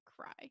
cry